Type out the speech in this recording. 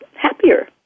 happier